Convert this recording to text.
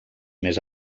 més